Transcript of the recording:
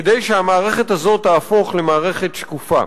כדי שהמערכת הזאת תהפוך למערכת שקופה.